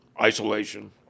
isolation